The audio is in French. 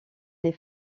les